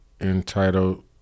entitled